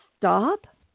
stop